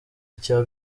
icya